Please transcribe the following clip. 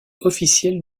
officielle